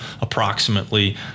approximately